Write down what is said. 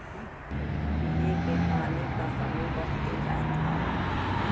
पिए के पानी क कमी बढ़्ते जात हौ